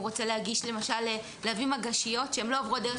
אם הוא רוצה להביא מגשיות שהן לא עוברות דרך